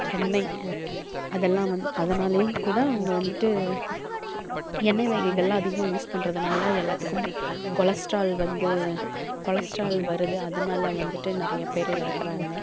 எண்ணெய் அதெல்லாம் வந்து அதனாலேயும் கூட அவங்க வந்துட்டு எண்ணெய் வகைகளெலாம் அதிகமாக யூஸ் பண்ணுறதுனால எல்லாத்துக்கும் கொலஸ்ட்ரால் வந்து கொலஸ்ட்ரால் வருது அதனால் வந்துட்டு நிறைய பேர் இறக்குறாங்க